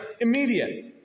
Immediate